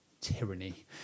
tyranny